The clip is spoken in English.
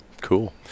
Cool